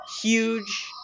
huge